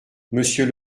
monsieur